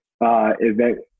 event